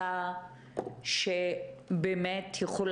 הרווחה, משרד הבריאות לא יכול